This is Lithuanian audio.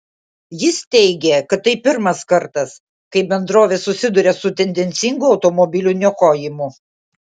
jis teigė kad tai pirmas kartas kai bendrovė susiduria su tendencingu automobilių niokojimu